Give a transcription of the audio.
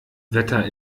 wetter